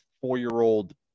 four-year-old